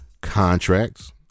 contracts